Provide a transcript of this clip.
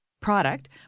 product